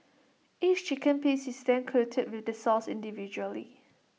each chicken piece is then coated with the sauce individually